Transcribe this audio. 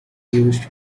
used